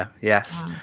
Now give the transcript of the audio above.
yes